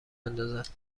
اندازد